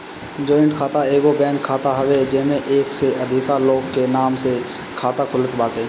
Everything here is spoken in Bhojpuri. जॉइंट खाता एगो बैंक खाता हवे जेमे एक से अधिका लोग के नाम से खाता खुलत बाटे